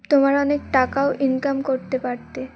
তোমার অনেক টাকাও ইনকাম করতে পারতে